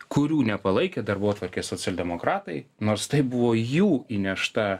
kurių nepalaikė darbotvarkėj socialdemokratai nors tai buvo jų įnešta